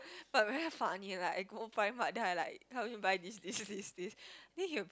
but very funny like I go Primark then I like help him buy this this this this then he will